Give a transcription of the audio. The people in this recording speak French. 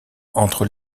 entre